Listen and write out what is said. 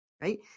Right